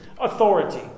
authority